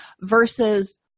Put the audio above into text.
versus